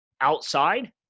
outside